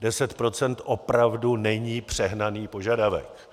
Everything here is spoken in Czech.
Deset procent opravdu není přehnaný požadavek.